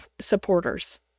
supporters